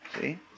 see